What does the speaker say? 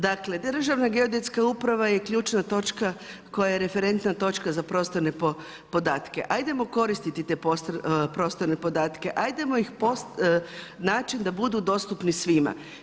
Dakle Državna geodetska uprava je ključna točka koja je referentna točka za prostorne podatke, ajdemo koristiti te prostorne podatke, ajdemo ih naći da budu dostupni svima.